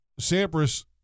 Sampras